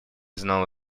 знала